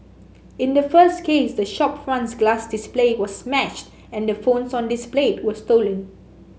in the first case the shop front's glass display was smashed and the phones on displayed were stolen